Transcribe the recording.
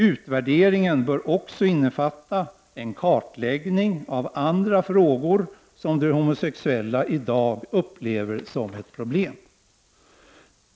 Utvärderingen bör också innefatta en kartläggning av andra frågor som de homosexuella upplever som problem.